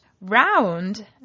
round